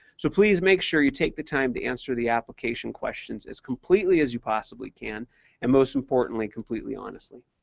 so please make sure you take the time to answer the application questions as completely as you possibly can and most importantly, completely honestly.